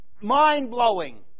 mind-blowing